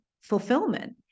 fulfillment